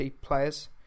players